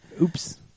Oops